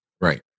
Right